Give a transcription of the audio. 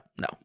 no